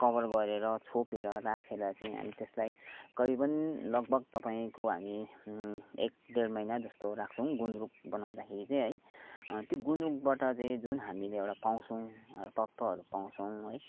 cover गरेर छोपेर राखेर चाहिँ हामी त्यसलाई करीबन लगभग तपाँईको हामी एक डेढ महिना जस्तो राख्छौँ गुन्द्रुक बनाउँदाखेरि चाहिँ है त्यो गुन्द्रुकबट चाहिँ जुन हामीले एउटा पाउँछौँ तत्त्वहरू पाउँछौँ है